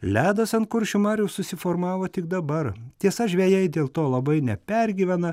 ledas ant kuršių marių susiformavo tik dabar tiesa žvejai dėl to labai nepergyvena